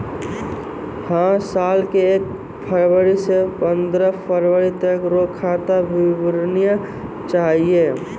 है साल के एक फरवरी से पंद्रह फरवरी तक रो खाता विवरणी चाहियो